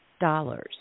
dollars